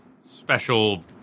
special